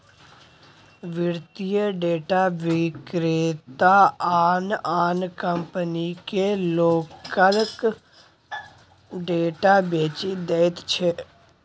वित्तीय डेटा विक्रेता आन आन कंपनीकेँ लोकक डेटा बेचि दैत छै